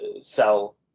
sell